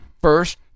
first